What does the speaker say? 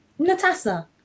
Natasa